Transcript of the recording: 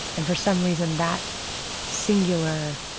and for some reason, that singular,